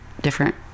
different